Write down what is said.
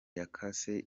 yakase